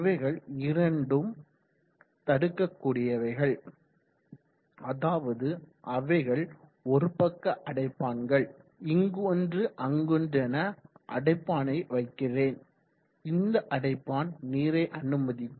இவைகள் இரண்டும் தடுக்கக்கூடியவைகள் அதாவது அவைகள் ஒருபக்க அடைப்பான்கள் இங்கு ஒன்று அங்கொன்றென அடைப்பானை வைக்கிறேன் இந்த அடைப்பான் நீரை அனுமதிக்கும்